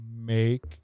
make